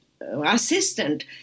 Assistant